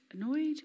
annoyed